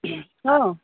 ꯍꯥꯎ